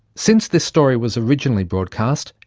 since this story was originally broadcast,